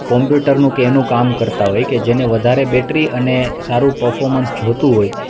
કોમ્પ્યુટરનું કે એનું કામ કરતાં હોય કે જેને વધારે બેટરી અને સારું પરર્ફોમન્સ જોતુ હોય